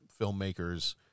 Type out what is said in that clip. filmmakers